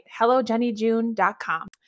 hellojennyjune.com